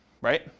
right